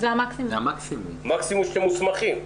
המקסימום שאתם מוסמכים.